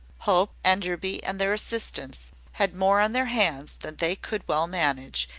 hope, enderby, and their assistants, had more on their hands than they could well manage,